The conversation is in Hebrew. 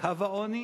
לקו העוני